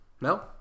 No